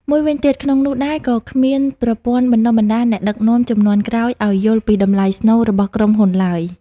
មួយវិញទៀត ក្នុងនោះដែរក៏គ្មានប្រព័ន្ធបណ្ដុះបណ្ដាលអ្នកដឹកនាំជំនាន់ក្រោយឱ្យយល់ពីតម្លៃស្នូល របស់ក្រុមហ៊ុនឡើយ។